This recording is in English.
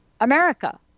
America